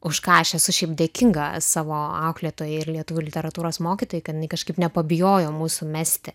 už ką aš esu šiaip dėkinga savo auklėtojai ir lietuvių literatūros mokytojai kad jinai kažkaip nepabijojo mūsų mesti